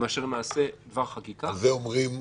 מאשר נעשה דבר חקיקה --- על זה אומרים,